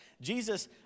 Jesus